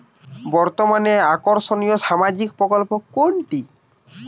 বর্তমানে আকর্ষনিয় সামাজিক প্রকল্প কোনটি?